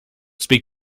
speak